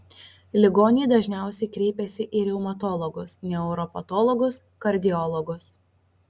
ligoniai dažniausiai kreipiasi į reumatologus neuropatologus kardiologus